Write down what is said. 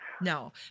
No